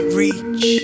reach